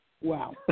Wow